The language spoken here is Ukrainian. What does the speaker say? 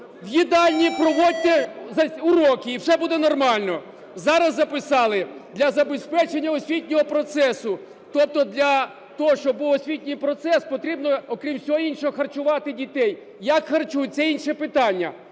в їдальні проводьте уроки - і все буде нормально. Зараз записали: для забезпечення освітнього процесу. Тобто для того, щоб був освітній процес, потрібно, окрім всього іншого, харчувати дітей. Як харчують? Це інше питання.